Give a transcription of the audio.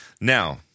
Now